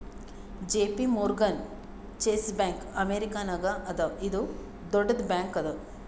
JP Morgan Chase bank ಅಮೇರಿಕಾನಾಗ್ ಅದಾ ಇದು ದೊಡ್ಡುದ್ ಬ್ಯಾಂಕ್ ಅದಾ